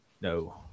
No